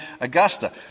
Augusta